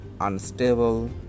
unstable